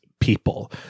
people